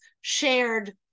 shared